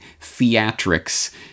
theatrics